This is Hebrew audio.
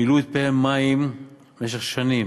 מילאו פיהם מים במשך שנים,